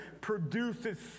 produces